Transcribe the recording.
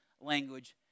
language